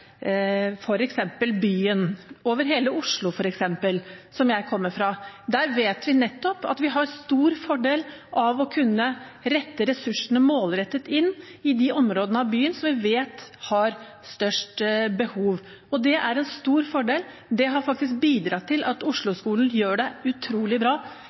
byen, over hele Oslo f.eks., som jeg kommer fra. Der vet vi at vi har stor fordel av å kunne målrette ressursene inn mot de områdene av byen som vi vet har størst behov. Det er en stor fordel, og det har faktisk bidratt til at